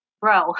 bro